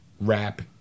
Rap